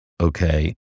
Okay